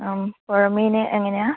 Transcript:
ആ പുഴ മീൻ എങ്ങനെയാണ്